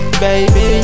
baby